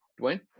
Dwayne